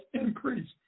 increase